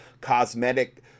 cosmetic